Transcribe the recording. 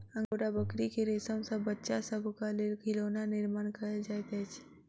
angora बकरी के रेशम सॅ बच्चा सभक लेल खिलौना निर्माण कयल जाइत अछि